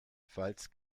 falls